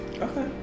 Okay